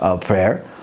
prayer